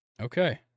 Okay